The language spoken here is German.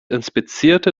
inspizierte